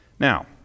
Now